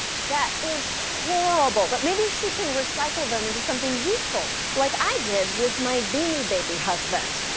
that is horrible. but maybe she can recycle them into something useful, like i did with my beanie baby husband.